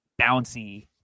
bouncy